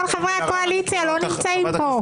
כל חברי הקואליציה לא נמצאים פה.